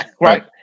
Right